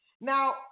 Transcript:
Now